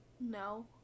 No